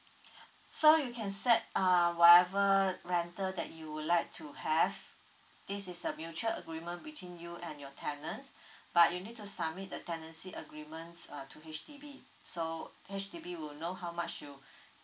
so you can set uh whatever rental that you would like to have this is a mutual agreement between you and your tenant but you need to submit the tenancy agreements uh to H_D_B so H_D_B will know how much you